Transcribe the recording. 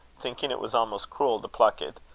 thinking it was almost cruel to pluck it,